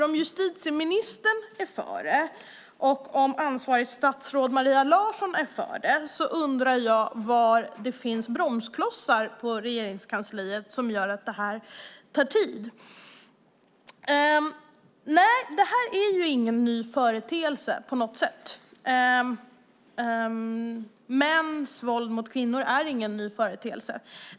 Om justitieministern är för det och om ansvarigt statsråd, Maria Larsson, är för det undrar jag var det finns bromsklossar på Regeringskansliet som gör att det här tar tid. Nej, det här är ju ingen ny företeelse på något sätt. Mäns våld mot kvinnor är ingen ny företeelse.